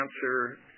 cancer